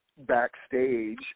backstage